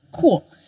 cool